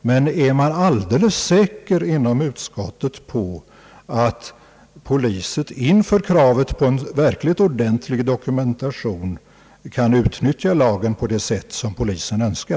Men är man inom utskottet alldeles säker om att polisen inför kravet på en verkligt ordentlig dokumentation kan utnyttja lagen på det sätt som polisen önskar?